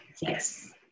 Yes